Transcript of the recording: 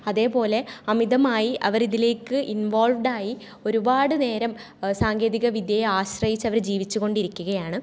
അതേപോലെ അമിതമായി അവർ ഇതിലേക്ക് ഇൻവോൾവ്ടായി ഒരുപാട് നേരം സാങ്കേതിക വിദ്യയെ ആശ്രയിച്ച് അവർ ജീവിച്ചു കൊണ്ടിരിക്കുകയാണ്